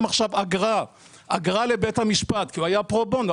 עכשיו אגרה לבית המשפט כי הוא היה פרו-בונו.